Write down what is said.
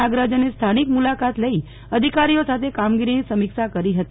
નાગરાજને સ્થાનિકે મુલાકાત લઈ અધિકારીઓ સાથે કામગીરીની સમીક્ષા કરી હતી